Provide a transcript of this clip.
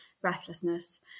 breathlessness